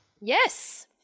Yes